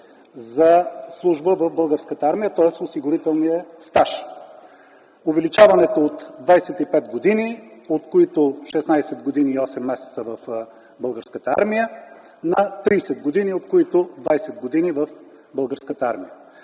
за служба в Българската армия, тоест осигурителният стаж – увеличаването от 25 години, от които 16 години и 8 месеца в Българската армия, на 30 години, от които 20 години в Българската армия.